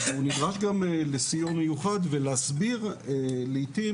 הוא נדרש גם לסיוע מיוחד ולהסביר לעתים